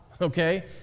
Okay